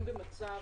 במצב